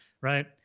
right